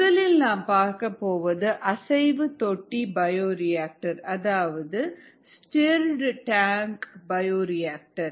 முதலில் நாம் பார்க்கப்போவது அசைவு தொட்டி பயோரியாக்டர் அதாவது ஸ்டிர்டு டேங்க் பயோரியாக்டர்